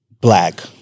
Black